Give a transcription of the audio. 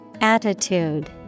Attitude